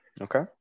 Okay